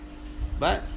but